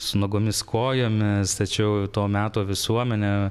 su nuogomis kojomis tačiau to meto visuomenė